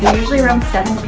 usually around